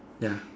ya